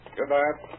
Goodbye